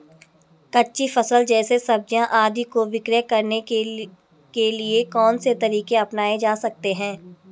कच्ची फसल जैसे सब्जियाँ आदि को विक्रय करने के लिये कौन से तरीके अपनायें जा सकते हैं?